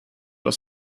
aus